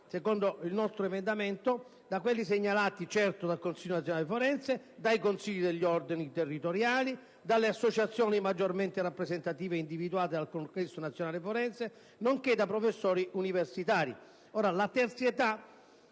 secondo l'emendamento 8.224, da quelli segnalati dal Consiglio nazionale forense, dai Consigli degli Ordini territoriali, dalle associazioni maggiormente rappresentative individuate dal Congresso nazionale forense, nonché da professori universitari. La terzietà